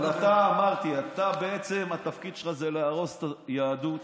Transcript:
אבל אמרתי, בעצם התפקיד שלך זה להרוס את היהדות.